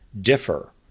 differ